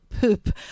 poop